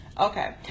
okay